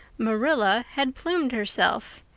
marilla, had plumed herself?